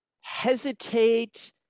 hesitate